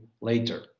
later